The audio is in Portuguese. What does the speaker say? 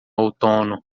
outono